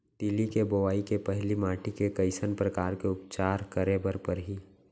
तिलि के बोआई के पहिली माटी के कइसन प्रकार के उपचार करे बर परही?